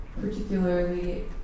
particularly